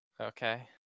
okay